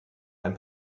ein